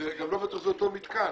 גם לא בטוח שזה אותו מתקן.